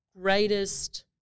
greatest